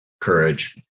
courage